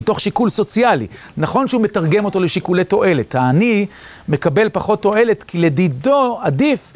תוך שיקול סוציאלי, נכון שהוא מתרגם אותו לשיקולי תועלת, האני מקבל פחות תועלת כי לדידו עדיף.